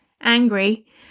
angry